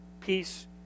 Peace